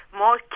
more